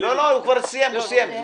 כבר סיימת.